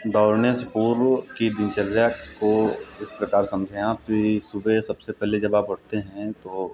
दौड़ने से पूर्व की दिनचर्या को इस प्रकार समझें आप कि सुबह सबसे पहले जब आप उठते हैं तो